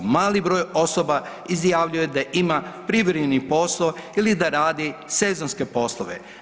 Mali broj osoba izjavljuje da ima privremeni posao ili da radi sezonske poslove.